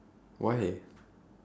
why